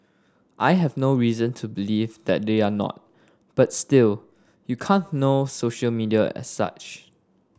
I have no reason to believe that they are not but still you can't know social media as such